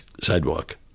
sidewalk